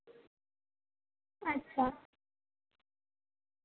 ᱟᱪᱪᱷᱟ